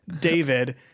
David